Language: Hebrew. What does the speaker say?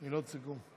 מילות סיכום.